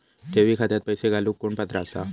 ठेवी खात्यात पैसे घालूक कोण पात्र आसा?